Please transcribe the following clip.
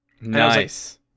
Nice